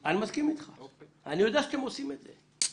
אני יודע שאתם עושים את זה,